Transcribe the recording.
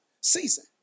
season